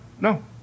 no